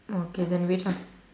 okay then wait lah